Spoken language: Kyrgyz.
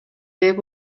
деп